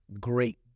great